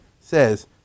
says